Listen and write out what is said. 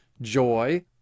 joy